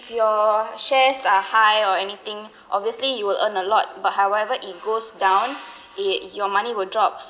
your shares are high or anything obviously you will earn a lot but however it goes down your money will drops